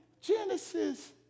Genesis